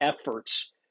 efforts